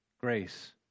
Grace